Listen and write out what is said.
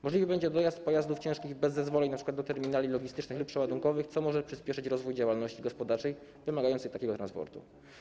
Możliwy będzie dojazd pojazdów ciężkich bez zezwoleń np. do terminali logistycznych i przeładunkowych, co może przyspieszyć rozwój działalności gospodarczej wymagającej takiego transportu.